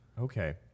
Okay